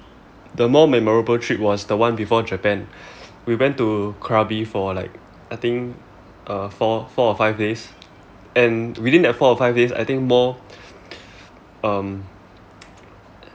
the more memorable trip was the one before japan we went to krabi for like I think uh four four or five days and within that four or five days I think more um